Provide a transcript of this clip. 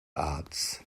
arts